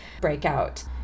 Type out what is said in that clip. breakout